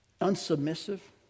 unsubmissive